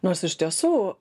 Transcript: nors iš tiesų